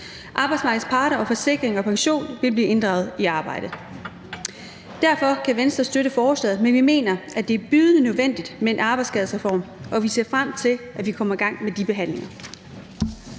Arbejdsmarkedets parter og Forsikring & Pension vil blive inddraget i arbejdet. Derfor kan Venstre støtte forslaget, men vi mener, at det er bydende nødvendigt med en arbejdsskadereform, og vi ser frem til, at vi kommer i gang med de behandlinger.